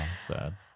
sad